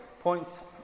points